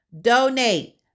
donate